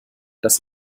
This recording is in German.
das